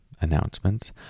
announcements